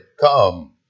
come